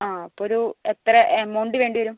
ആ അപ്പോരു എത്ര എമൗണ്ട് വേണ്ടി വരും